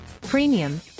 premium